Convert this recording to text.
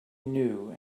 knew